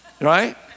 right